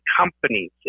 companies